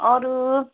अरू